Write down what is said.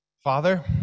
Father